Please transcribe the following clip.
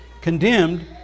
condemned